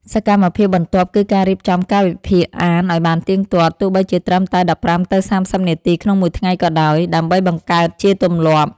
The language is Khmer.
សកម្មភាពបន្ទាប់ គឺការរៀបចំកាលវិភាគអានឱ្យបានទៀងទាត់ ទោះបីជាត្រឹមតែ ១៥ ទៅ ៣០ នាទីក្នុងមួយថ្ងៃក៏ដោយ ដើម្បីបង្កើតជាទម្លាប់។